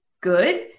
good